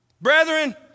Brethren